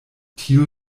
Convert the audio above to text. tio